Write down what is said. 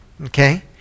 okay